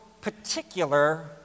particular